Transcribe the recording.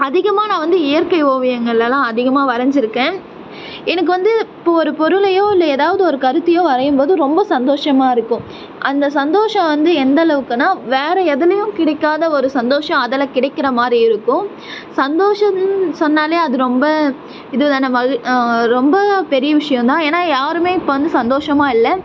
அதிகமாக நான் வந்து இயற்கை ஓவியங்கள்லெல்லாம் அதிகமாக வரைஞ்சிருக்கேன் எனக்கு வந்துவிட்டு இப்போ ஒரு பொருளையோ இல்லை ஏதாவது ஒரு கருத்தையோ வரையும் போது ரொம்ப சந்தோஷமாக இருக்கும் அந்த சந்தோஷம் வந்து எந்த அளவுக்குன்னா வேறு எதுலையும் கிடைக்காத ஒரு சந்தோஷம் அதில் கிடைக்கிற மாதிரி இருக்கும் சந்தோஷம்ன்னு சொன்னாலே அது ரொம்ப இது தானே மகிழ் ரொம்ப பெரிய விஷயம் தான் ஏன்னா யாருமே இப்போ வந்து சந்தோஷமாக இல்லை